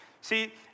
See